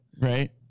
Right